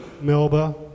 Melba